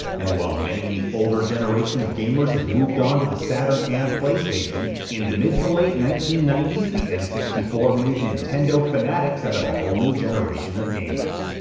and while many in the older generation of gamers had moved on to the saturn and playstation, in the mid to late nineteen ninety s the n six four made nintendo fanatics out of a whole new generation of gamers.